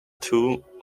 too